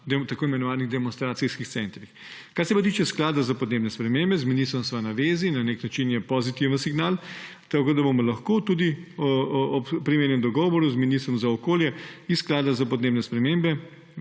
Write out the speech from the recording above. tako imenovanih demonstracijskih centrih. Kar se pa tiče Sklada za podnebne spremembe, sva z ministrom na zvezi. Na nek način je pozitiven signal, tako bomo lahko tudi ob primernem dogovoru z ministrom za okolje iz Sklada za podnebne spremembe